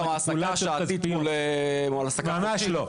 יש פה גם העסקה שעתית מול --- ממש לא.